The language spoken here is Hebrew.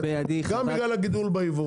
גם בגלל הגידול ביבוא,